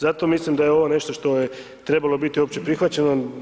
Zato mislim da je ovo nešto što je trebalo biti opće prihvaćeno.